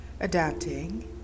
adapting